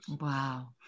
wow